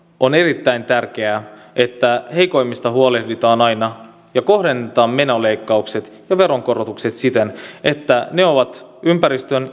on erittäin tärkeää että heikoimmista huolehditaan aina ja kohdennetaan menoleikkaukset ja veronkorotukset siten että ne ovat ympäristön